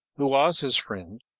who was his friend,